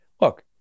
Look